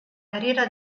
carriera